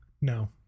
No